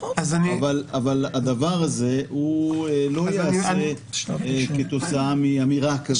אבל הדבר הזה לא ייעשה כתוצאה מאמירה כזאת או אחרת.